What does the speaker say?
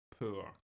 poor